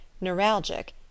neuralgic